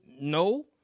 No